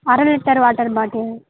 அரை litre water பாட்டில்